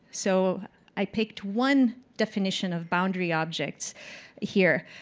so i picked one definition of boundary objects here.